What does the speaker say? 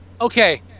Okay